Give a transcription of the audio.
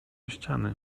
ściany